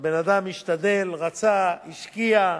הבן-אדם השתדל, רצה, השקיע.